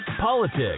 politics